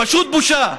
פשוט בושה.